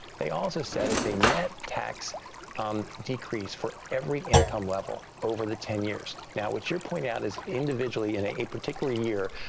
they also said it's a net tax um decrease for every income level over the ten years. now, what you point out is, individually, in a particular year,